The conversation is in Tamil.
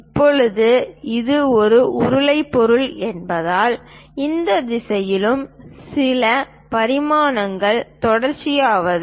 இப்போது இது ஒரு உருளை பொருள் என்பதால் இந்த திசையிலும் சில பரிமாணங்கள் தொடர்புடையவை